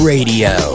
Radio